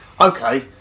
Okay